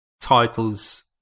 titles